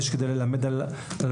יש כדי ללמד על פריסה,